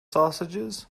sausages